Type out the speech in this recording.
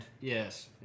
Yes